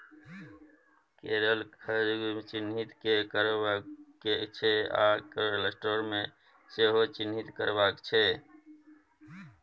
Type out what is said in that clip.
करेला खुनक चिन्नी केँ काबु करय छै आ कोलेस्ट्रोल केँ सेहो नियंत्रित करय छै